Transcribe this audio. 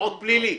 ועוד פלילי.